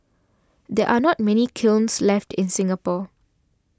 there are not many kilns left in Singapore